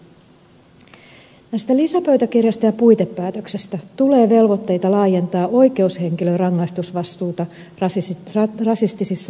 lisäpöytäkirjasta ja puitepäätöksestä tulee velvoitteita laajentaa oikeushenkilörangaistusvastuuta rasistisissa rikoksissa